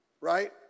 right